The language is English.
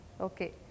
Okay